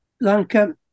Lanka